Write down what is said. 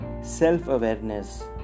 Self-awareness